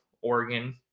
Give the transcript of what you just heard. Oregon